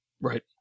Right